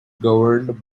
governed